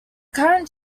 current